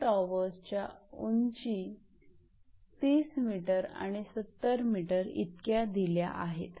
दोन टॉवरच्या उंची 30 𝑚 आणि 70 𝑚 इतक्या दिल्या आहेत